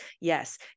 yes